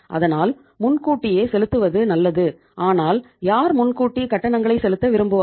அதனால் முன்கூட்டியே செலுத்துவது நல்லது ஆனால் யார் முன்கூட்டி கட்டணங்களை செலுத்த விரும்புவார்